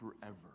forever